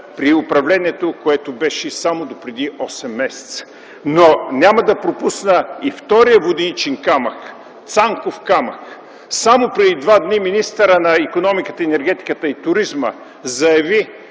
при управлението, което беше само допреди осем месеца? Няма да пропусна и втория воденичен камък – „Цанков камък”. Само преди два дни министърът на икономиката, енергетиката и туризма заяви,